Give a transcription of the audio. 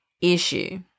issue